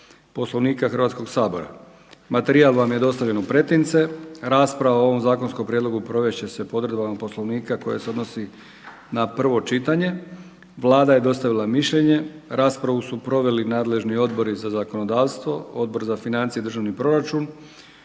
Poslovnika Hrvatskoga sabora. Materijal vam je dostavljen u pretince. Rasprava o ovome zakonskome prijedlogu provesti će se po odredbama Poslovnika koje se odnose na prvo čitanje. Vlada je dostavila mišljenje. Raspravu su proveli nadležni Odbori za zakonodavstvo, Odbor za financije i državni proračun,